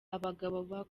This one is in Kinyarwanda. abagabo